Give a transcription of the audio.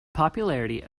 popularity